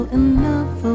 enough